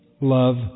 love